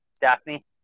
Daphne